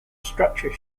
structure